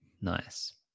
Nice